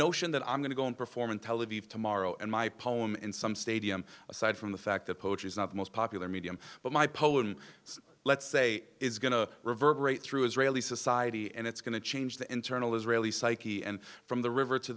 notion that i'm going to go and perform in tel aviv tomorrow and my poem in some stadium aside from the fact that poetry is not the most popular medium but my poem let's say is going to reverberate through israeli society and it's going to change the internal israeli psyche and from the river to